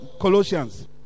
Colossians